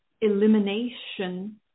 elimination